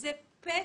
זה פשע.